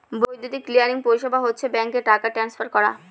বৈদ্যুতিক ক্লিয়ারিং পরিষেবা হচ্ছে ব্যাঙ্কে টাকা ট্রান্সফার করা